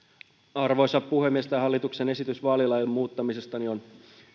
arvoisa puhemies tämä hallituksen esitys vaalilain muuttamisesta on